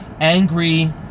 Angry